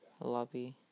lobby